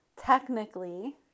technically